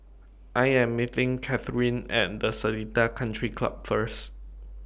I Am meeting Catherine and Seletar Country Club First